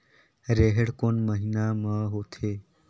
रेहेण कोन महीना म होथे?